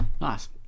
Nice